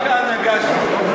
רק ההנהגה שם.